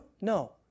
No